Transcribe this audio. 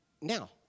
Now